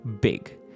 big